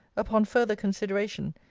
upon farther consideration,